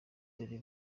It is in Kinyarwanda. dore